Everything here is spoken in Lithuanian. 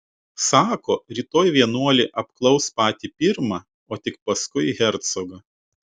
sako rytoj vienuolį apklaus patį pirmą o tik paskui hercogą